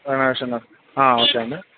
commission okay అండి